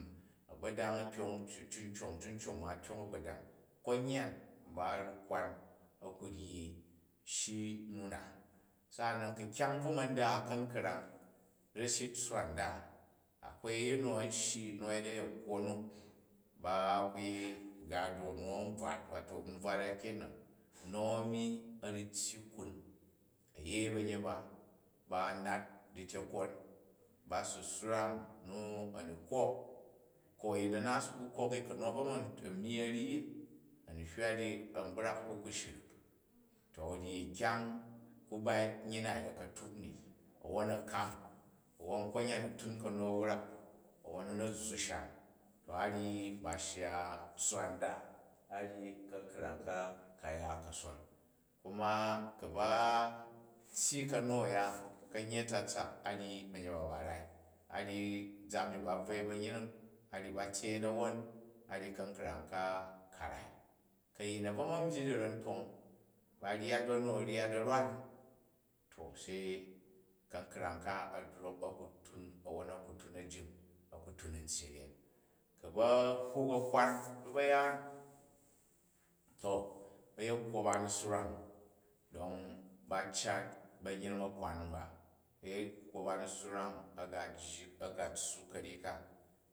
Agbodang a tyong cincong cincong ma u̱ tyong agbodang komyam ba ru̱ kwa̱n a̱ ku vyi shi nu na. Sa'anan ku̱ kyony bvu ma da u ka̱nkrang ra̱shi rsswa nda, akwai a̱yin nu a̱n shyi nu a yet anekwo nu, ba ku yer gado nu a̱n bvat wato nbvat a kena̱n. Nu a̱mi a̱ru̱ tyyi kum, ayai banyet ba, ba nat a̱tyekon, ba si swrang, nu, a̱ni kok ku̱ a̱yin a̱ nat a̱si ku kok? Ku̱ nu a bvo ma nyyina̱ vyi, a̱ni di a̱ngbrak a̱ku ku shrik to a̱ ryi kyang ku bai nyyi na yet a̱ka̱tuk ni a̱wwon a kam, a̱wwou konyan a̱ atun kam a wrak, awwon nu na zzu shan to a ryi ba shya tsswa nda, aryi ka̱mkrang ka ka ya ka̱son kuma ku̱ ba tyyi kanu a̱ya, kanyyi a̱tsatsak a̱ ryi ba̱nyet ba ba rai, a ryi zam ji ba bvoi banyring, a ryi ba tyei na̱won a ryi ka̱nkrang ka ka rai ku̱ a̱yin a̱ bvo ma̱ byyi dirantong, ba ryat ba̱nu a̱ vyat a rwan, to se ka̱nkrang ka a̱ drok a̱ ku tru, awwon a̱ku tu ajing a̱ku tun a̱ntyyi ryen. Ku ba̱hwuk ba ba̱yaan to bayekwo ba a̱ ni swrang don ba̱ cat ba̱nyring a̱ kwan ba, ba̱yekwol ba a̱ni swrang a̱ ga jyi, a̱ ga tssu karyi ka.